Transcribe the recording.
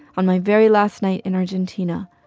on my very last night in argentina,